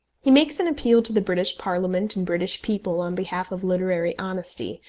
he makes an appeal to the british parliament and british people on behalf of literary honesty,